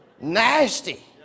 nasty